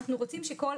אלא רוצים שכל